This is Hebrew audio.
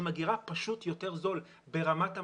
זה יותר זול ברמת המשק.